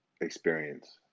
experience